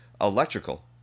electrical